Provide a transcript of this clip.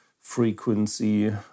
frequency